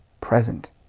present